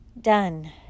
done